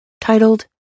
titled